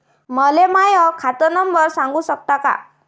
मले माह्या खात नंबर सांगु सकता का?